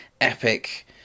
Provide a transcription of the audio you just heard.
epic